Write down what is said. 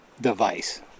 device